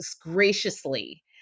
graciously